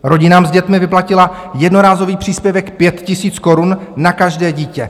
Rodinám s dětmi vyplatila jednorázový příspěvek 5 000 korun na každé dítě.